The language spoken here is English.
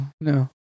no